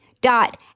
dot